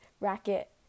Racket